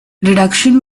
reduction